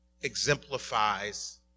exemplifies